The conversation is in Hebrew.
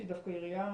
שהיא דווקא עירייה